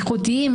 אנשים איכותיים,